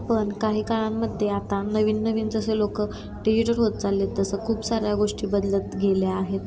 पण काही काळांमध्ये आता नवीन नवीन जसे लोक डिजिटल होत चालले आहेत तसं खूप साऱ्या गोष्टी बदलत गेल्या आहेत